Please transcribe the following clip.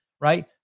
right